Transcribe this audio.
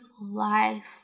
life